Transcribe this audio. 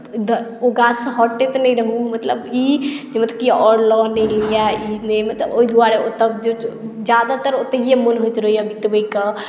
ओ गा गाछसँ हटैत नहि रहू मतलब ई मतलब आओर लऽ नहि लिए मतलब ओहि द्वारे ज्यादातर मन ओतहिए होइत रहैए बीतबयके